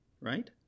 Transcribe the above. right